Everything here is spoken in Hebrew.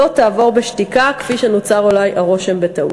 לא יעברו בשתיקה, כפי שנוצר אולי הרושם בטעות.